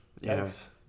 Yes